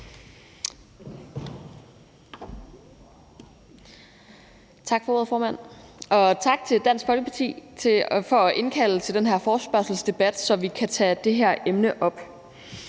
Tak for ordet, formand, og tak til Dansk Folkeparti for at indkalde til den her forespørgselsdebat, så vi kan tage det her emne op.